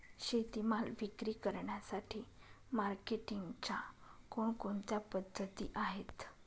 शेतीमाल विक्री करण्यासाठी मार्केटिंगच्या कोणकोणत्या पद्धती आहेत?